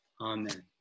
Amen